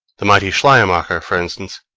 the mighty schleiermacher, for instance,